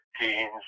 teens